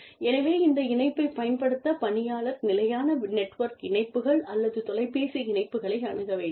எனவே இந்த இணைப்பைப் பயன்படுத்த பணியாளர் நிலையான நெட்வொர்க் இணைப்புகள் அல்லது தொலைபேசி இணைப்புகளை அணுக வேண்டும்